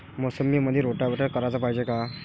मोसंबीमंदी रोटावेटर कराच पायजे का?